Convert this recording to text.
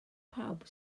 pawb